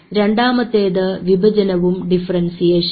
രണ്ടാമത്തേത് വിഭജനവും ഡിഫറെൻസിയേഷനും